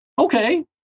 Okay